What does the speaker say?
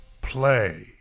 play